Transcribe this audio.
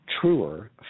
truer